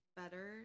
better